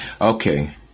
Okay